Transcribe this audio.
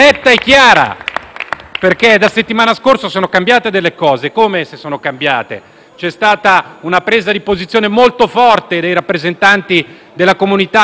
Dalla settimana scorsa le cose sono cambiate, eccome se sono cambiate. C'è stata una presa di posizione molto forte dei rappresentanti della comunità italo-venezuelana,